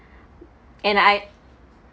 and I